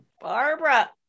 Barbara